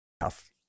tough